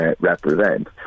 represent